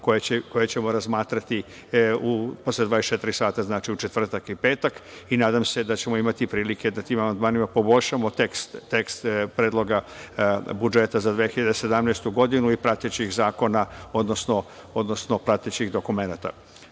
koje ćemo razmatrati posle 24 sata, znači, u četvrtak i petak. Nadam se da ćemo imati prilike da tim amandmanima poboljšamo tekst Predloga budžeta za 2017. godinu i pratećih zakona, odnosno pratećih dokumenata. Hvala